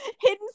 hidden